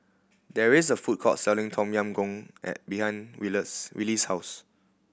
there is a food court selling Tom Yam Goong and behind Wylie's house